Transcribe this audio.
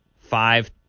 five